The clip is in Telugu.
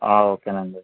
ఓకే అండి